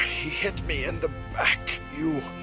he hit me in the back, you,